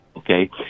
Okay